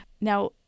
Now